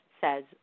says